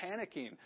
panicking